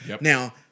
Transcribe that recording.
Now